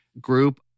group